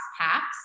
packs